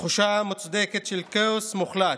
תחושה מוצדקת של כאוס מוחלט,